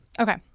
Okay